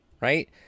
right